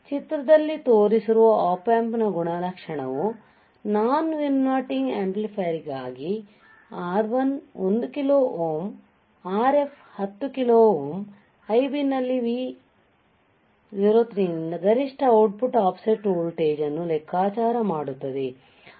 ಚಿತ್ರದಲ್ಲಿ ತೋರಿಸಿರುವ Op Amp ನ ಗುಣಲಕ್ಷಣವು ನಾನ್ ಇನ್ವರ್ಟಿಂಗ್ ಆಂಪ್ಲಿಫೈಯರ್ಗಾಗಿR1 1 kilo ohm Rf 10 kilo ohm Ib ನಲ್ಲಿ Vosನಿಂದ ಗರಿಷ್ಠ ಔಟ್ಪುಟ್ ಆಫ್ಸೆಟ್ ವೋಲ್ಟೇಜ್ ಅನ್ನು ಲೆಕ್ಕಾಚಾರ ಮಾಡುತ್ತದೆ